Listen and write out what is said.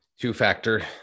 Two-factor